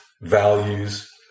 values